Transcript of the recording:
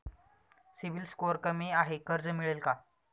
CIBIL score कमी आहे कर्ज मिळेल का?